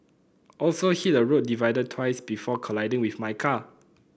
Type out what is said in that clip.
also hit a road divider twice before colliding with my car